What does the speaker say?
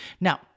Now